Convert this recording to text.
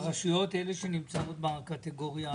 הרשויות שנמצאות בקטגוריה